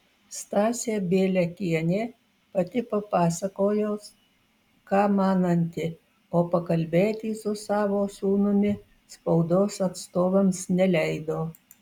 stasė bieliakienė pati papasakojo ką mananti o pakalbėti su savo sūnumi spaudos atstovams neleido